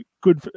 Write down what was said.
good